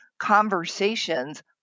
conversations